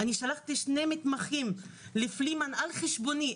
אני שלחתי שני מתמחים לפלימן על חשבוני,